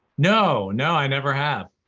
no, no i never have.